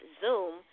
Zoom